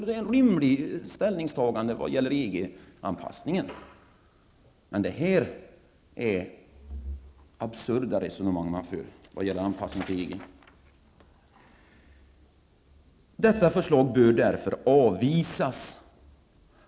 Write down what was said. Det är ett rimligt ställningstagande vad gäller EG anpassningen. Det här är däremot absurda resonemang. Detta förslag bör därför avvisas.